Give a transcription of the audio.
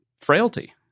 frailty